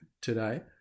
today